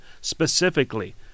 specifically